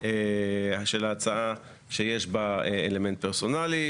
של ההצעה שיש בה אלמנט פרסונלי,